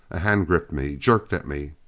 a hand gripped me, jerked at me.